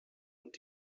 und